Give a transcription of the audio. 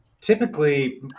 Typically